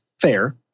fair